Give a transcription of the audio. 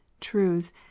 truths